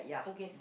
Bugis